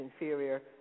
inferior